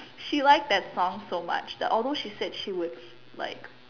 she like that song so much although she said that she would like